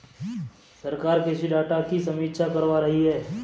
सरकार कृषि डाटा की समीक्षा करवा रही है